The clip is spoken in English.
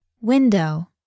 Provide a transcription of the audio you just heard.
Window